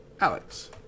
Alex